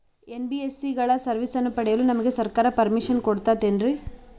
NBSC ಗಳ ಸರ್ವಿಸನ್ನ ಪಡಿಯಲು ನಮಗೆ ಸರ್ಕಾರ ಪರ್ಮಿಷನ್ ಕೊಡ್ತಾತೇನ್ರೀ?